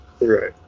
Right